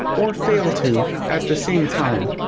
or fail to, at the same time.